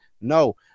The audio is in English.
No